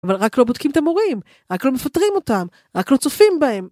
אבל רק לא בודקים את המורים, רק לא מפטרים אותם, רק לא צופים בהם.